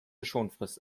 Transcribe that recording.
schonfrist